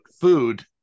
food